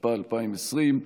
התשפ"א 2020,